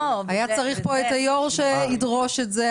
היה צריך פה את היו"ר שידרוש את זה.